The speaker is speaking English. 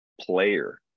player